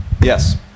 Yes